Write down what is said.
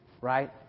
right